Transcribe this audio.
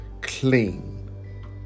clean